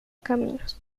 caminos